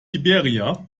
liberia